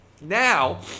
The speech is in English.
now